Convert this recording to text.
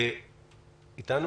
את איתנו?